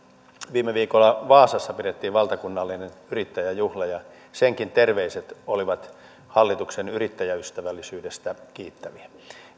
viime viikolla vaasassa pidettiin valtakunnallinen yrittäjäjuhla ja senkin terveiset olivat hallituksen yrittäjäystävällisyydestä kiittäviä